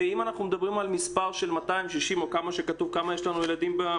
ואם אנחנו מדברים על מספר של 260,000 או כמה שכתוב כמה ילדים יש לנו?